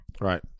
Right